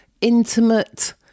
intimate